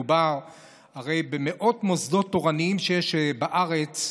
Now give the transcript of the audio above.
מדובר במאות מוסדות תורניים שיש בארץ,